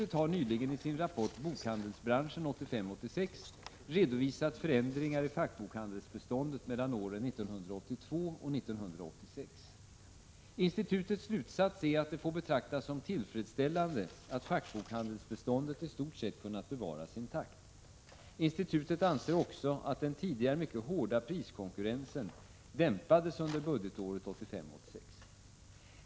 BFI har nyligen i sin rapport Bokhandelsbranschen 1985 86.